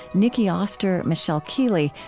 nicki oster, michelle keeley,